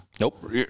Nope